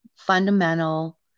fundamental